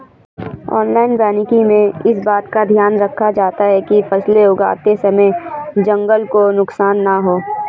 analogue वानिकी में इस बात का ध्यान रखा जाता है कि फसलें उगाते समय जंगल को नुकसान ना हो